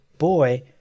boy